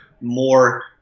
more